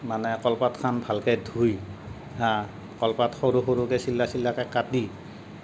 মানে কলপাতখন ভালকে ধুই কলপাত সৰু সৰুকে ছিলা ছিলাকে কাটি